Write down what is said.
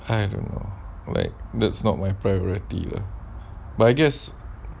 I don't know like that's not my priority lah but I guess